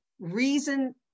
reason